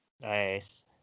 nice